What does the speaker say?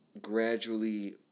gradually